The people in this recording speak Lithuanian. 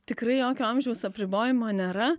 tikrai jokio amžiaus apribojimo nėra